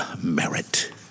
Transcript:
merit